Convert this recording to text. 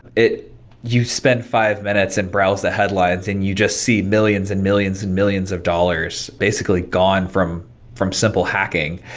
you spend five minutes and browse the headlines and you just see millions and millions and millions of dollars basically gone from from simple hacking.